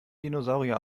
dinosaurier